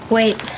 Wait